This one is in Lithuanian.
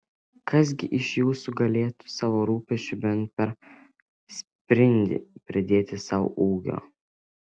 kas gi iš jūsų galėtų savo rūpesčiu bent per sprindį pridėti sau ūgio